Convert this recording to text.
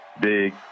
big